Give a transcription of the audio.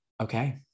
Okay